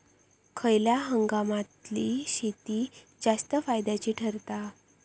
खयल्या हंगामातली शेती जास्त फायद्याची ठरता?